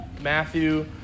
Matthew